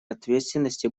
ответственности